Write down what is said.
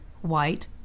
white